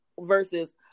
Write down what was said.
versus